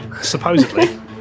Supposedly